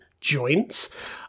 joints